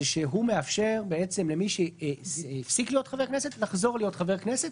זה שהוא מאפשר למי שהפסיק להיות חבר כנסת לחזור להיות חבר כנסת,